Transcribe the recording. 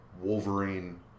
Wolverine